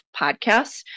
podcasts